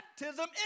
baptism